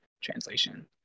translation